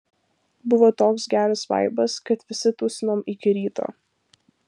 buvo toks geras vaibas kad visi tūsinom iki ryto